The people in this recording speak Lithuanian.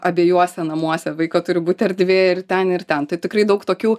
abiejuose namuose vaiko turi būt erdvė ir ten ir ten tai tikrai daug tokių